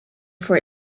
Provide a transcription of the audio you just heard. for